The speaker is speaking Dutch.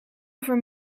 over